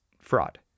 fraud